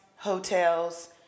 hotels